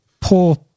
poor